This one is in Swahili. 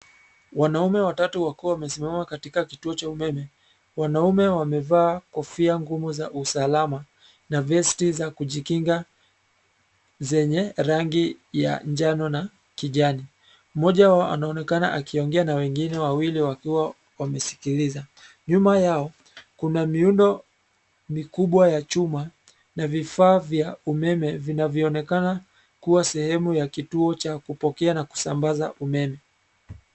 Wanaume watatu wakiwa wamesimama katika kituo cha umeme. Wanaume wamevaa kofia ngumu za usalama na vesti za kujikinga zenye rangi ya njano na kijani. Mmoja wao anaonekana akiongea na wengine wawili wakiwa wamesikiliza. Nyuma yao, kuna miundo mikubwa ya chuma na vifaa vya umeme vinavyoonekana kua sehemu ya kituo cha kupokea na kusambaza umeme.